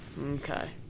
Okay